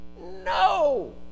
no